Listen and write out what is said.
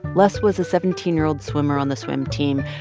les was a seventeen year old swimmer on the swim team.